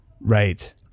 Right